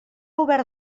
obert